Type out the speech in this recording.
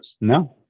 No